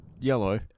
yellow